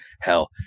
hell